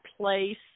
place